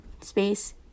space